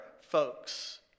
folks